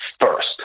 first